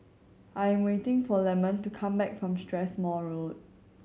I'm waiting for Lemon to come back from Strathmore Road